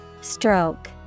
Stroke